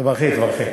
תברכי, תברכי.